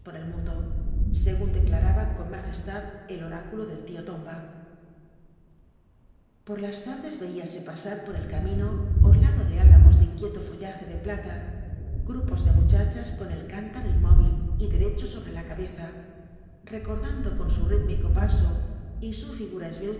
el mundo según declaraba con majestad de oráculo el tío tomba por las tardes veía se pasar por el ca mino orlado de ála mos de inquieto follaje de plata grupos de muchachas con el cán taro inmóvil y dere cho sobre la cabeza recordando con su rítmico paso y su figu